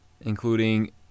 including